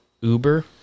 Uber